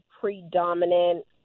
predominant